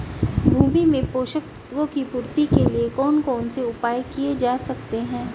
भूमि में पोषक तत्वों की पूर्ति के लिए कौन कौन से उपाय किए जा सकते हैं?